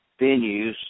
venues